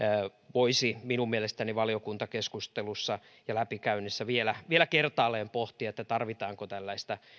voisi minun mielestäni valiokuntakeskustelussa ja läpikäynnissä vielä vielä kertaalleen pohtia tarvitaanko tällaista